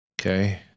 Okay